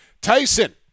tyson